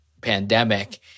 pandemic